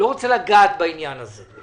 לא רוצה לגעת בעניין הזה.